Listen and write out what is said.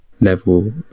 level